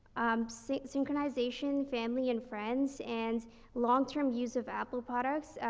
um, syn synchronization, family and friends, and long-term use of apple products, ah,